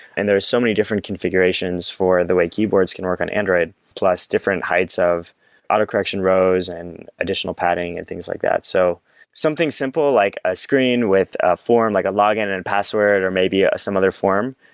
and there's so many different configurations for the way keyboards can work on android, plus different heights of auto-correction rows and additional padding and things like that so something simple like a screen with ah form, like a login and and password, or maybe some other form,